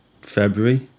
February